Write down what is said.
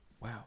Wow